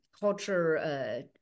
culture